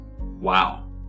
Wow